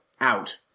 out